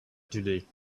today